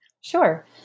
Sure